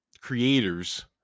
creators